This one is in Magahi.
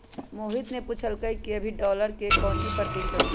मोहित ने पूछल कई कि अभी डॉलर के काउची प्रतिशत है?